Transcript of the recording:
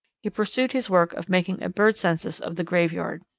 he pursued his work of making a bird census of the graveyard.